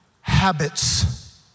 habits